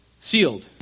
sealed